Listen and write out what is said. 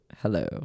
hello